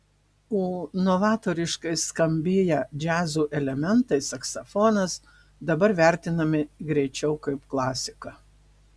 o novatoriškai skambėję džiazo elementai saksofonas dabar vertinami greičiau kaip klasika